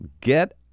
Get